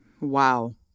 Wow